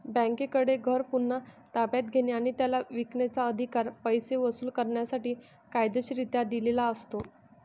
बँकेकडे घर पुन्हा ताब्यात घेणे आणि त्याला विकण्याचा, अधिकार पैसे वसूल करण्यासाठी कायदेशीररित्या दिलेला असतो